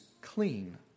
clean